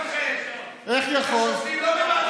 יחד איתכם.